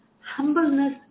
humbleness